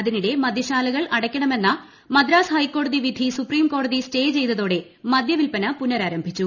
അതിനിടെ മദ്യശാലകൾ അടയ്ക്കണമെന്ന മദ്രാസ് ഹൈക്കോടതി വിധി സുപ്രീം കോടതി സ്റ്റേ ചെയ്തതോടെ മദ്യ വിൽപന പുനരാരംഭിച്ചു